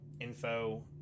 info